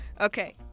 Okay